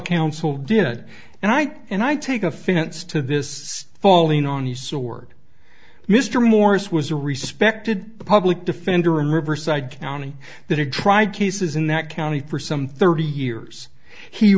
counsel did and i and i take offense to this falling on his sword mr morris was a respected public defender in riverside county that it tried cases in that county for some thirty years he